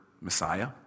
Messiah